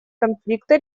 конфликта